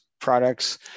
products